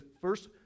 first